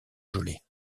gelée